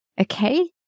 Okay